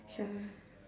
sure